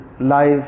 life